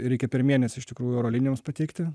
reikia per mėnesį iš tikrųjų oro linijoms pateikti